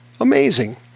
Amazing